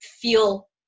feel